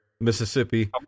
Mississippi